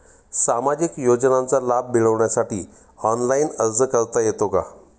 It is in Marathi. सामाजिक योजनांचा लाभ मिळवण्यासाठी ऑनलाइन अर्ज करता येतो का?